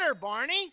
Barney